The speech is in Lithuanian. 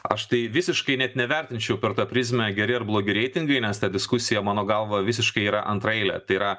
aš tai visiškai net nevertinčiau per tą prizmę geri ar blogi reitingai nes ta diskusija mano galva visiškai yra antraeilė tai yra